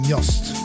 Yost